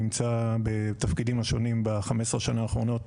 נמצא בתפקידים השונים ב-15 השנים האחרונות,